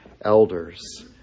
elders